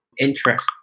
interest